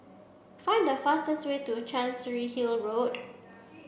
find the fastest way to Chancery Hill Road